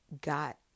got